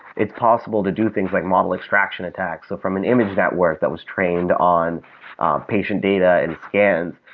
it's possible to do things like model extraction attacks. from an image network that was trained on patient data and scans,